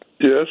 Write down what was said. Yes